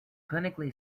clinically